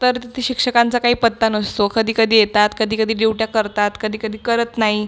तर तिथे शिक्षकांचा काही पत्ता नसतो कधी कधी येतात कधी कधी ड्युट्या करतात कधी कधी करत नाही